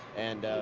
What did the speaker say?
and